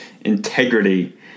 integrity